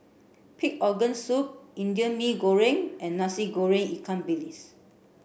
pig organ soup Indian Mee Goreng and Nasi Goreng Ikan Bilis